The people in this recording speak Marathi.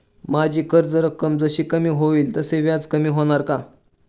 माझी कर्ज रक्कम जशी कमी होईल तसे व्याज कमी होणार का?